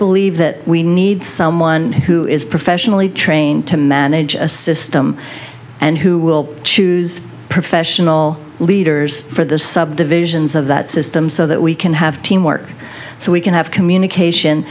believe that we need someone who is professionally trained to manage a system and who will choose professional leaders for those subdivisions of that system so that we can have teamwork so we can have communication